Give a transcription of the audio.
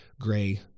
gray